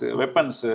weapons